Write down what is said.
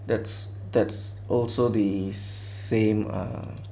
that's that's also the same ah